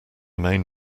main